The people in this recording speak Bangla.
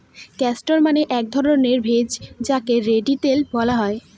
ক্যাস্টর মানে এক ধরণের ভেষজ যাকে রেড়ি তেল বলা হয়